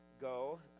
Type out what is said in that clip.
go